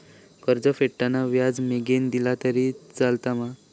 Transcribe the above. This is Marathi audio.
कर्ज फेडताना व्याज मगेन दिला तरी चलात मा?